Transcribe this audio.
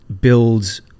builds